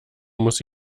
muss